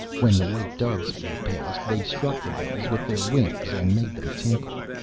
when the white doves flew past, they struck the bells with their wings and made them tinkle.